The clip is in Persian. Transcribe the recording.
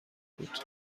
بود